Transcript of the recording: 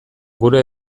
gure